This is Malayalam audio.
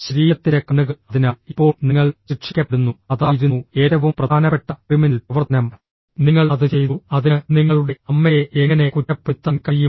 ശരീരത്തിന്റെ കണ്ണുകൾ അതിനാൽ ഇപ്പോൾ നിങ്ങൾ ശിക്ഷിക്കപ്പെടുന്നു അതായിരുന്നു ഏറ്റവും പ്രധാനപ്പെട്ട ക്രിമിനൽ പ്രവർത്തനം നിങ്ങൾ അത് ചെയ്തു അതിന് നിങ്ങളുടെ അമ്മയെ എങ്ങനെ കുറ്റപ്പെടുത്താൻ കഴിയും